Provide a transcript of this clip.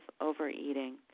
overeating